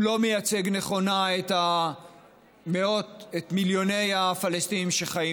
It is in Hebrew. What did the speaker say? הוא לא מייצג נכונה את מיליוני הפלסטינים שחיים